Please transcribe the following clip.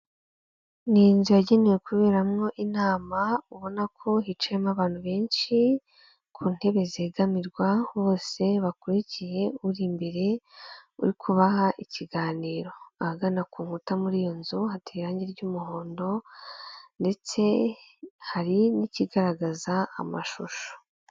Ni inzu yagenewe kuberamo inama, ubona ko hicayemo abantu benshi ku ntebe zegamirwa, bose bakurikiye uri imbere uri kubaha ikiganiro, ahagana ku nkuta muri iyo nzu hateye irangi ry'umuhondo ndetse hari n'ikigaragaza amashusho.